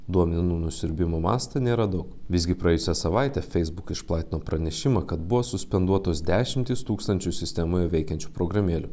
duomenų nusiurbimo mastą nėra daug visgi praėjusią savaitę facebook išplatino pranešimą kad buvo suspenduotos dešimtys tūkstančių sistemoje veikiančių programėlių